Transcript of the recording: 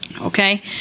Okay